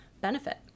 benefit